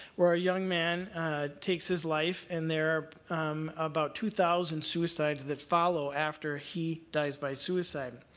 where a young man takes his life, and there are about two thousand suicides that follow after he dies by suicide.